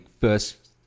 first